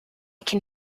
can